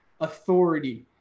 authority